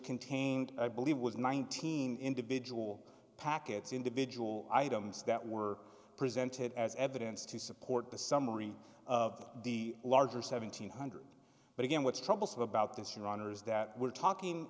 contained believe was nineteen individual packets individual items that were presented as evidence to support the summary of the larger seven hundred but again which troubles of about this your honour's that we're talking